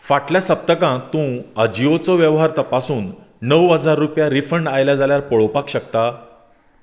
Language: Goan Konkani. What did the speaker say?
फाटल्या सप्तकांत तूं अजियोचो वेव्हार तपासून णव हजार रुपया रिफंड आयल्या जाल्यार पळोवपाक शकता